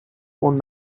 phone